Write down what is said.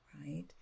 right